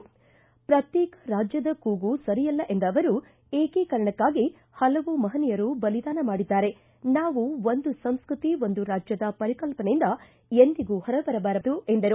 ಪ್ರಕ್ಶೇಕ ರಾಜ್ಯದ ಕೂಗು ಸರಿಯಲ್ಲ ಎಂದ ಅವರು ಏಕೀಕರಣಕ್ಕಾಗಿ ಪಲವು ಮಪನೀಯರು ಬಲಿದಾನ ಮಾಡಿದ್ದಾರೆ ನಾವು ಒಂದು ಸಂಸ್ಟತಿ ಒಂದು ರಾಜ್ಯದ ಪರಿಕಲ್ವನೆಯಿಂದ ಎಂದಿಗೂ ಹೊರಬರಬಾರದು ಎಂದರು